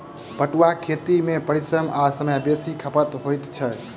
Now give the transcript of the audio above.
पटुआक खेती मे परिश्रम आ समय बेसी खपत होइत छै